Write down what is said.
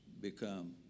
become